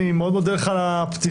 אני מאוד מודה לך על פתיחה,